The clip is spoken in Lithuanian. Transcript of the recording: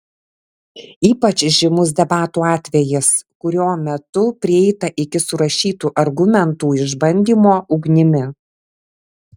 ypač žymus debatų atvejis kurio metu prieita iki surašytų argumentų išbandymo ugnimi